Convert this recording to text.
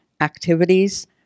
activities